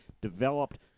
developed